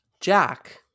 jack